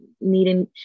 needing